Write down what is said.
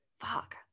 Fuck